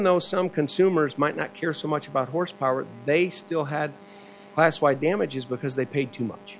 though some consumers might not care so much about horse power they still had class wide damages because they paid too much